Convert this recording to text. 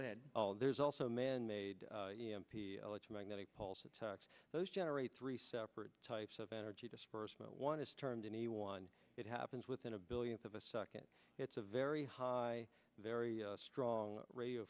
ahead there's also manmade electromagnetic pulse attacks those generate three separate types of energy disbursement one is termed any one it happens within a billionth of a second it's a very high very strong radio